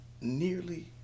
nearly